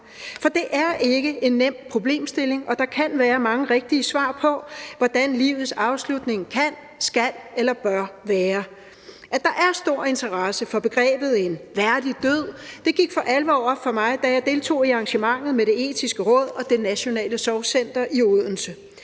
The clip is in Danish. For det er ikke en nem problemstilling, og der kan være mange rigtige svar på, hvordan livets afslutning kan, skal eller bør være. At der er stor interesse for begrebet en værdig død, gik for alvor op for mig, da jeg deltog i arrangementet med Det Etiske Råd og Det Nationale Sorgcenter i Odense.